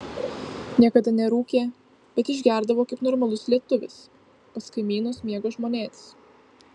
niekada nerūkė bet išgerdavo kaip normalus lietuvis pas kaimynus mėgo žmonėtis